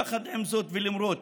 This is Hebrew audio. יחד עם זאת, ולמרות